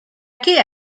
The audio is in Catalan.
què